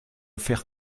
faire